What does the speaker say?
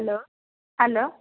hello hello